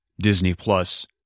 Disney-plus